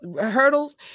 hurdles